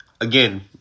again